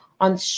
on